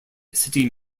city